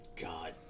God